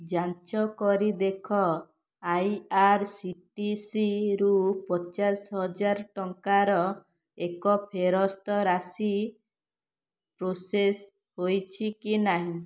ଯାଞ୍ଚ୍ କରି ଦେଖ I R C T C ରୁ ପଚାଶହଜାର ଟଙ୍କାର ଏକ ଫେରସ୍ତ ରାଶି ପ୍ରସେସ୍ ହୋଇଛି କି ନାହିଁ